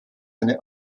eine